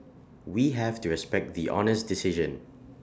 we have to respect the Honour's decision